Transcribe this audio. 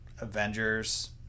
Avengers